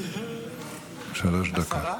השרה?